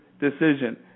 decision